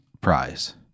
prize